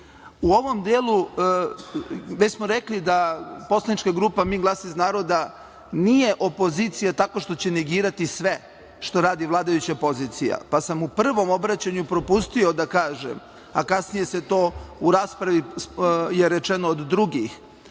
ovom delu gde smo rekli da poslanička grupa "Mi glas iz naroda" nije opozicija tako što će negirati sve što radi vladajuća pozicija, pa sam u prvom obraćanju propustio da kažem, a kasnije to u raspravi je rečeno od drugih,